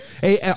hey